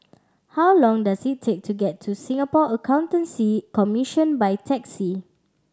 how long does it take to get to Singapore Accountancy Commission by taxi